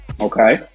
Okay